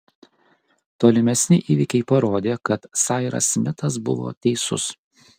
tolimesni įvykiai parodė kad sairas smitas buvo teisus